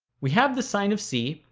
we have the sine of c.